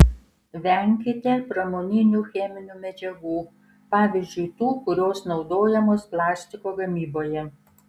venkite pramoninių cheminių medžiagų pavyzdžiui tų kurios naudojamos plastiko gamyboje